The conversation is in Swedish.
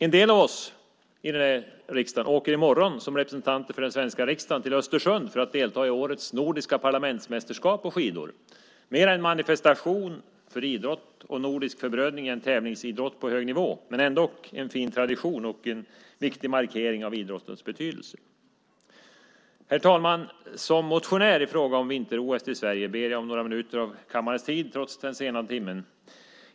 En del av oss åker i morgon som representanter för den svenska riksdagen till Östersund för att delta i årets nordiska parlamentsmästerskap på skidor. Det är mer en manifestation för idrott och nordisk förbrödring än tävlingsidrott på hög nivå men är ändå en fin tradition och en viktig markering för idrottens betydelse. Herr talman! Som motionär i fråga om vinter-OS till Sverige ber jag om några minuter av kammarens tid trots den sena timmen.